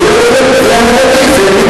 נו, זה הדדי,